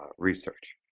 research,